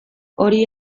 hori